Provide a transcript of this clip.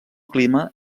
clima